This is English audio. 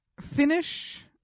Finish